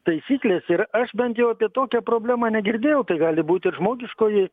taisyklės ir aš bent jau apie tokią problemą negirdėjau tai gali būt ir žmogiškoji